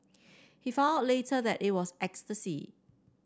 he found out later that it was ecstasy